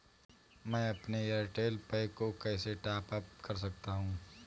मैं अपने Airtel pack को कैसे टॉप अप कर सकता हूँ?